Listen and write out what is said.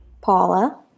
Paula